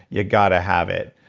you got to have it.